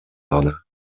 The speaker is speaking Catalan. dona